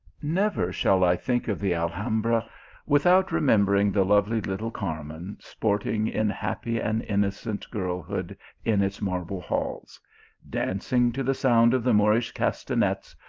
never shall i think of the alhambra without re membering the lovely little carmen sporting in happy and innocent girlhood in its marble halls dancing to the sound of the moorish castanets,